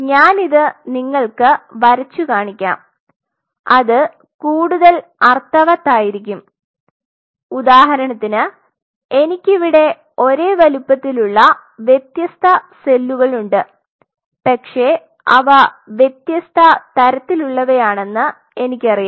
ഞാൻ ഇത് നിങ്ങൾക് വരച്ചുകാണിക്കാം അത് കൂടുതൽ അർത്ഥവത്താരിക്കും ഉദാഹരണത്തിന് എനിക്ക് ഇവിടെ ഒരേ വലുപ്പത്തിലുള്ള വ്യത്യസ്ത സെല്ലുകളുണ്ട് പക്ഷേ അവ വ്യത്യസ്ത തരത്തിലുള്ളവയാണെന്ന് എനിക്കറിയാം